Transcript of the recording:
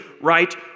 right